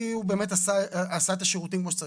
הוא באמת עשה את השירותים כמו שצריך,